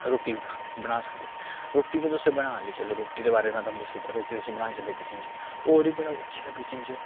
रुट्टी बना सकदे रुट्टी ते तुसें बना चलो रुट्टी दे बारे च में थुआनूं दस्सी दित्ता रुट्टी तुस बनाई सकदे किचन च होर बी बड़ा कुछ ऐ किचन च